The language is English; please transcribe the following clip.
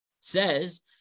says